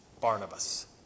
Barnabas